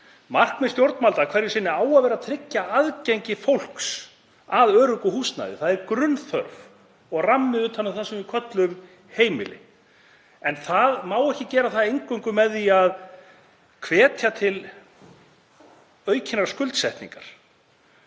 Markmið stjórnvalda hverju sinni á að vera að tryggja aðgengi fólks að öruggu húsnæði, það er grunnþörf og rammi utan um það sem við köllum heimili. En það má ekki gera eingöngu með því að hvetja til aukinnar skuldsetningar.